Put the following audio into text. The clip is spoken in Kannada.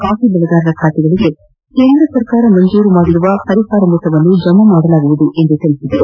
ಕಾಫಿ ಬೆಳೆಗಾರರ ಖಾತೆಗೆ ಕೇಂದ್ರ ಸರ್ಕಾರ ಮಂಜೂರು ಮಾಡಿರುವ ಪರಿಹಾರ ಮೊತ್ತವನ್ನು ಜಮಾ ಮಾಡಲಾಗುವುದು ಎಂದರು